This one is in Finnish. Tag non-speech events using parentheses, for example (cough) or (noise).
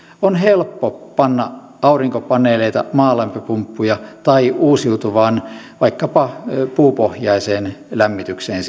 on helppo panna aurinkopaneeleita tai maalämpöpumppuja tai siirtyä uusiutuvaan vaikkapa puupohjaiseen lämmitykseen (unintelligible)